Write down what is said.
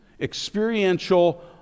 experiential